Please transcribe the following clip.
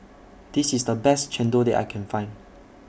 This IS The Best Chendol that I Can Find